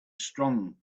strong